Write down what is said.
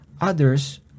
others